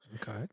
Okay